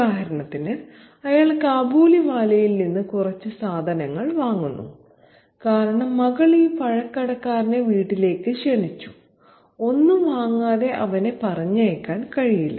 ഉദാഹരണത്തിന് അയാൾ കാബൂളിവാലയിൽ നിന്ന് കുറച്ച് സാധനങ്ങൾ വാങ്ങുന്നു കാരണം മകൾ ഈ പഴക്കടക്കാരനെ വീട്ടിലേക്ക് ക്ഷണിച്ചു ഒന്നും വാങ്ങാതെ അവനെ പറഞ്ഞയക്കാൻ കഴിയില്ല